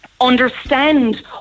understand